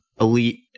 Elite